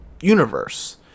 universe